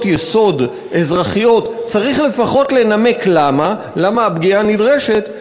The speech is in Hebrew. יסוד אזרחיות צריך לפחות לנמק למה הפגיעה נדרשת,